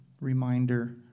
reminder